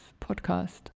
podcast